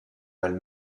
elle